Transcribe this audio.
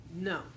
No